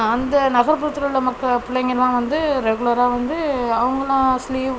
அந்த நகரப்புறத்தில் உள்ள மக்க பிள்ளைங்கள்லாம் வந்து ரெகுலராக வந்து அவங்களாக ஸ்லீவ்